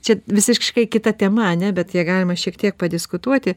čia visiškai kita tema ane bet ją galima šiek tiek padiskutuoti